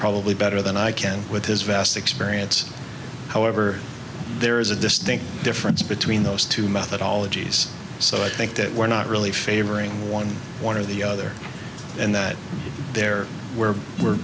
probably better than i can with his vast experience however there is a distinct difference between those two methodologies so i think that we're not really favoring one one or the other and that there where we're